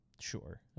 Sure